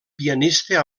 pianista